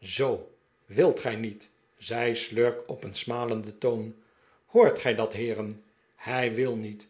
zoo wilt gij niet zei slurk op een smalenden toon hoort gij dat heeren hij wil niet